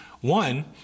One